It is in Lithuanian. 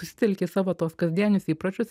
susitelki į savo tuos kasdienius įpročius